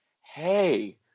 hey